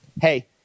hey